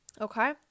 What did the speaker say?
Okay